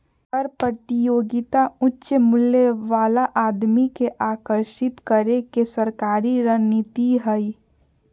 कर प्रतियोगिता उच्च मूल्य वाला आदमी के आकर्षित करे के सरकारी रणनीति हइ